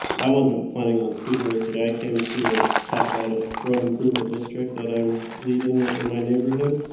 i wasn't planning on speaking this today. i came to ah talk about a road improvement district that i'm leading in my neighborhood.